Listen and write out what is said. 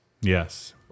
Yes